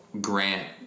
grant